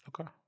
Okay